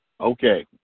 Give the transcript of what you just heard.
okay